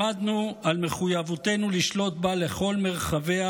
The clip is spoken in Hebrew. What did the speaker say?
למדנו על מחויבותנו לשלוט בה לכל מרחביה